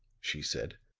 she said.